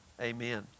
Amen